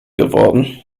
geworden